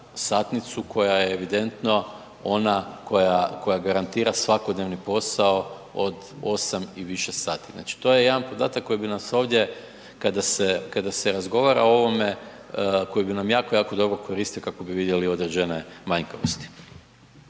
satnicu koja je evidentno ona koja garantira svakodnevni posao od 8 i više sati. Znači to je jedan podatak koji bi nam se ovdje kada se razgovara o ovome koji bi nam jako, jako dobro koristio kako bi vidjeli određene manjkavosti.